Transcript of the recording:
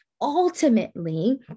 ultimately